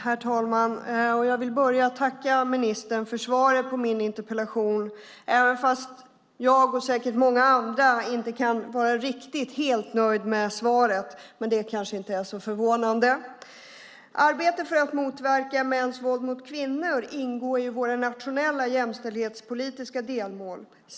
Herr talman! Jag vill börja med att tacka ministern för svaret på min interpellation, även om jag och säkert många andra inte kan vara helt nöjda med svaret. Det kanske inte är så förvånande. Arbetet för att motverka mäns våld mot kvinnor ingår i våra nationella jämställdhetspolitiska delmål.